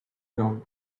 ground